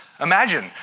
Imagine